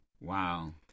Wow